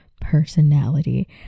personality